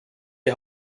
die